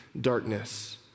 darkness